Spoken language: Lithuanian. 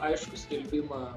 aišku skelbimą